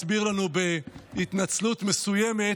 הסביר לנו בהתנצלות מסוימת